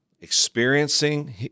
experiencing